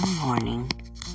morning